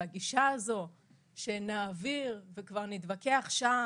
הגישה הזאת שנעביר וכבר נתווכח שם